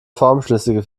formschlüssige